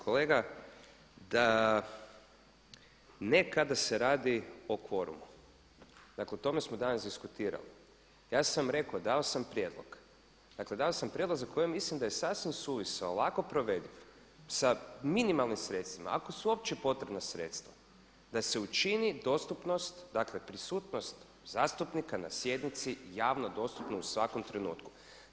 Kolega, ne kada se radi o kvorumu, dakle o tome smo danas diskutirali, ja sam rekao, dao sam prijedlog, dakle dao sam prijedlog za kojeg mislim da je sasvim suvisao, lako provediv, sa minimalnim sredstvima ako su opće potrebna sredstva da se učini dostupnost, dakle prisutnost zastupnika na sjednici javno dostupnim u svakom trenutku.